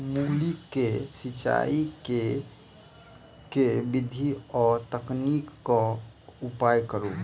मूली केँ सिचाई केँ के विधि आ तकनीक केँ उपयोग करू?